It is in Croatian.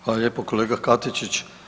Hvala lijepo kolega Katičić.